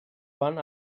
van